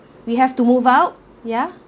we have to move out yeah